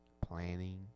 planning